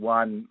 one